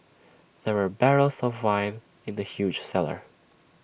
there were barrels of wine in the huge cellar